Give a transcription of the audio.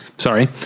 sorry